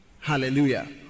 Hallelujah